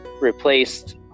replaced